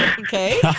Okay